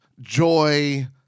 joy